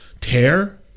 tear